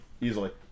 easily